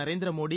Narendra Modi